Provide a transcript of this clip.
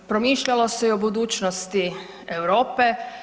Promišljalo se i o budućnosti Europe.